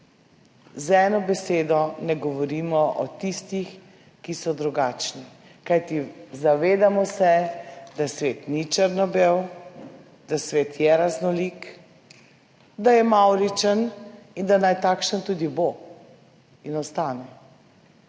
Z eno besedo ne govorimo o tistih, ki so drugačni, kajti zavedamo se, da svet ni črno-bel, da je svet raznolik, da je mavričen in da naj takšen tudi bo in ostane,